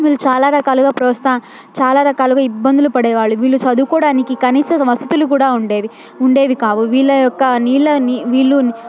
వీళ్ళు చాలా రకాలుగా ప్రోత్సా చాలా రకాలుగా ఇబ్బందులు పడేవారు వీళ్ళు చదువుకోవడానికి కనీస వసతులు కూడా ఉండేవి ఉండేవి కావు వీళ్ళ యొక్క నీళ్ళని వీళ్ళు